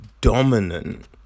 dominant